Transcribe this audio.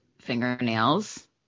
fingernails